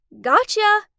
Gotcha